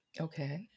Okay